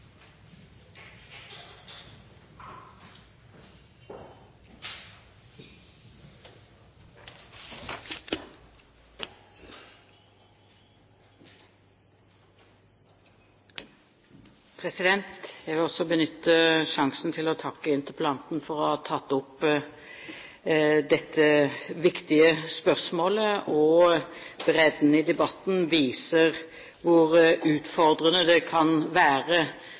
hoder. Jeg vil også benytte sjansen til å takke interpellanten for å ha tatt opp dette viktige spørsmålet, og bredden i debatten viser hvor utfordrende det kan være